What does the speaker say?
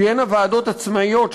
תהיינה ועדות עצמאיות,